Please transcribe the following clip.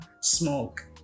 smoke